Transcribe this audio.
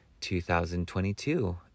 2022